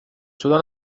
شدن